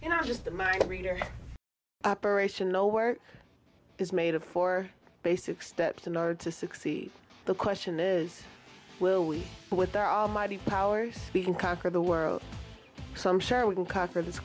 you know just the mind reader operation no work is made of four basic steps in order to succeed the question is will we with our almighty power speaking conquer the world so i'm sure we can conquer this